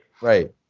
Right